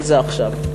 שזה עכשיו.